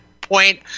point